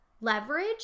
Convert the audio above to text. leverage